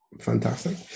fantastic